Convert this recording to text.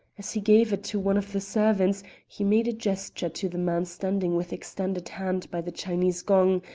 as he gave it to one of the servants he made a gesture to the man standing with extended hand by the chinese gong,